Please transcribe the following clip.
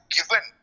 given